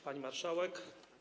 Pani Marszałek!